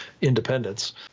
independence